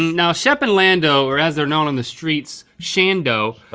now shep and lando, or as they're known on the streets, shando,